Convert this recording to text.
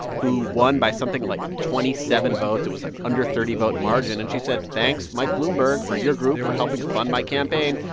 who won by something like twenty seven votes. it was an under thirty vote margin. and she said, thanks, mike bloomberg, for your group, for helping fund my campaign.